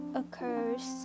occurs